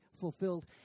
fulfilled